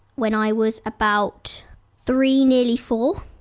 when i was about three nearly four.